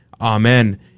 amen